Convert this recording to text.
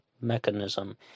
mechanism